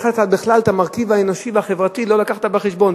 שאת המרכיב האנושי והחברתי לא הבאת בחשבון.